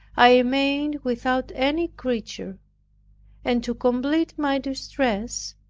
i remained without any creature and to complete my distress,